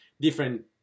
different